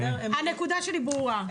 החוק.